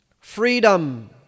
freedom